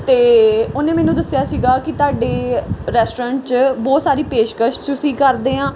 ਅਤੇ ਉਹਨੇ ਮੈਨੂੰ ਦੱਸਿਆ ਸੀਗਾ ਕਿ ਤੁਹਾਡੇ ਰੈਸਟੋਰੈਂਟ 'ਚ ਬਹੁਤ ਸਾਰੀ ਪੇਸ਼ਕਸ਼ ਤੁਸੀਂ ਕਰਦੇ ਹਾਂ